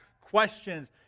questions